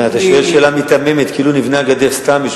אתה שואל שאלה מיתממת, כאילו נבנתה הגדר סתם.